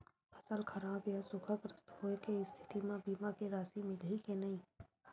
फसल खराब या सूखाग्रस्त होय के स्थिति म बीमा के राशि मिलही के नही?